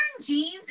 jeans